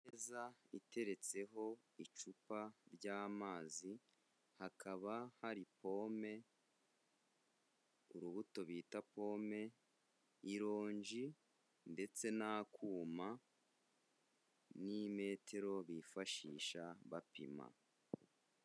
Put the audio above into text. Imeza iteretseho icupa ry'amazi, hakaba hari pome, urubuto bita pome, ironji ndetse n'akuma n'imetero bifashisha bapima.